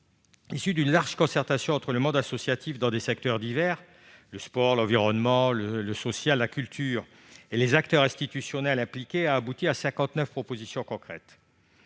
issu d'une large concertation entre les secteurs divers du monde associatif, tels que le sport, l'environnement, le social, la culture, et les acteurs institutionnels impliqués, a abouti à 59 propositions concrètes.